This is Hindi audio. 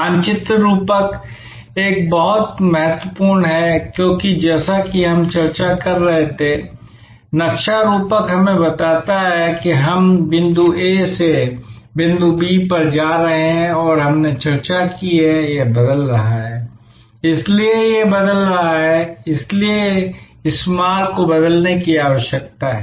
मानचित्र रूपक बहुत महत्वपूर्ण है क्योंकि जैसा कि हम चर्चा कर रहे थे नक्शा रूपक हमें बताता है कि हम बिंदु A से बिंदु B पर जा रहे हैं और हमने चर्चा की है कि यह बदल रहा है इसलिए यह बदल रहा है इसलिए इस मार्ग को बदलने की आवश्यकता है